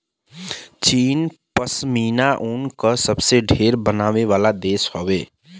चीन पश्मीना ऊन क सबसे ढेर बनावे वाला देश हौ